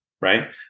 right